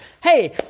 Hey